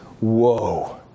whoa